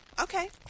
Okay